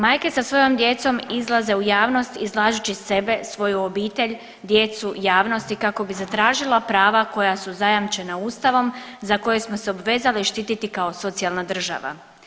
Majke sa svojom djecom izlaze u javnost izlažući sebe, svoju obitelj, djecu javnosti kako bi zatražila prava koja su zajamčena ustavom za koje smo se obvezali štiti kao socijalna država.